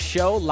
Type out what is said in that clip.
Show